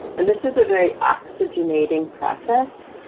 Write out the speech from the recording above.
and this is a very oxygenating process.